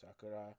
Sakura